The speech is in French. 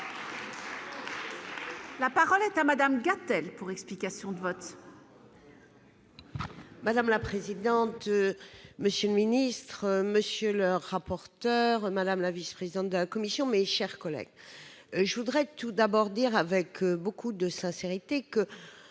La parole est à madame Gate pour explications de vote. Madame la présidente, monsieur le ministre, monsieur le rapporteur, madame la vice-présidente de commission, mes chers collègues, je voudrais tout d'abord dire avec beaucoup de sincérité, que